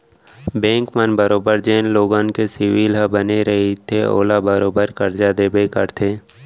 bank मन बरोबर जेन लोगन के सिविल ह बने रइथे ओला बरोबर करजा देबे करथे